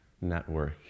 network